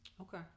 Okay